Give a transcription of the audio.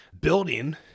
building